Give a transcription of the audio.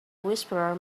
whisperer